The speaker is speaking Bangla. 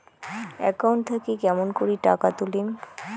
একাউন্ট থাকি কেমন করি টাকা তুলিম?